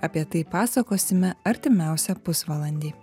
apie tai pasakosime artimiausią pusvalandį